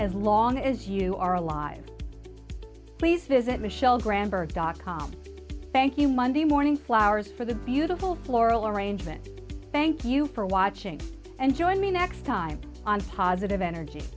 as long as you are alive please visit michelle gramberg dot com thank you monday morning flowers for the beautiful floral arrangement thank you for watching and join me next time on positive energy